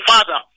Father